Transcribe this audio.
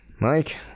mike